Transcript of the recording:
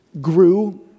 grew